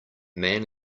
man